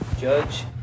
judge